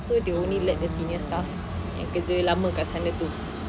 so they will only let the senior yang kerja lama kat sana tu